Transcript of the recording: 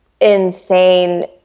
insane